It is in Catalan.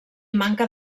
manca